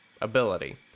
ability